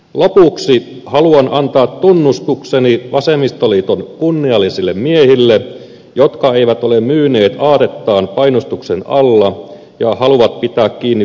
lopuksi haluan antaa tunnustukseni vasemmistoliiton kunniallisille miehille jotka eivät ole myyneet aatettaan painostuksen alla ja haluavat pitää kiinni vaalilupauksistaan